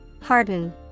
Harden